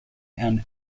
and